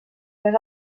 més